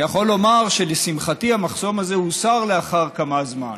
אני יכול לומר שלשמחתי המחסום הזה הוסר לאחר כמה זמן.